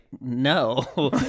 no